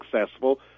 successful